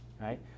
right